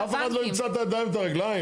אף אחד לא ימצא את הידיים ואת הרגליים.